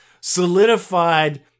solidified